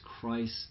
christ